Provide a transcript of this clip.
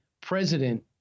President